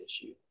issue